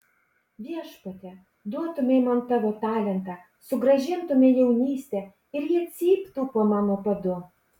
viešpatie duotumei man tavo talentą sugrąžintumei jaunystę ir jie cyptų po mano padu